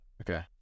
Okay